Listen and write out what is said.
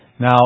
Now